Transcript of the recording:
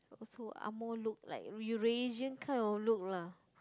also angmoh look like Eurasian kind of look lah